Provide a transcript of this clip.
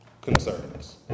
concerns